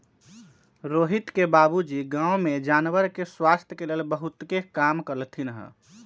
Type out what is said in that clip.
रोहित के बाबूजी गांव में जानवर के स्वास्थ के लेल बहुतेक काम कलथिन ह